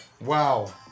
Wow